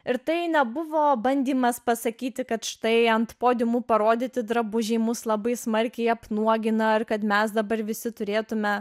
ir tai nebuvo bandymas pasakyti kad štai ant podiumų parodyti drabužiai mus labai smarkiai apnuogina ir kad mes dabar visi turėtumėme